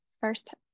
first